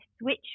switch